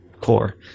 core